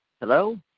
Hello